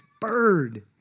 Bird